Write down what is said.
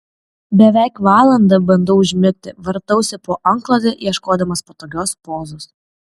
beveik valandą bandau užmigti vartausi po antklode ieškodamas patogios pozos